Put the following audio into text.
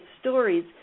stories